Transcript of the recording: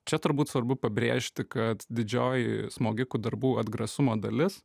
čia turbūt svarbu pabrėžti kad didžioji smogikų darbų atgrasumo dalis